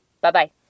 Bye-bye